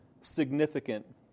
significant